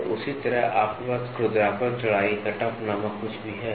तो उसी तरह आपके पास खुरदरापन चौड़ाई कटऑफ नामक कुछ भी है